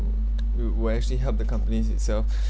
will will actually help the companies itself